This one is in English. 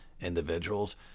individuals